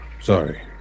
sorry